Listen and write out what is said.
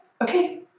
Okay